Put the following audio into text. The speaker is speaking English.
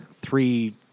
three